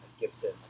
Gibson